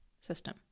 system